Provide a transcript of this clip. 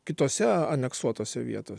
kitose aneksuotose vietos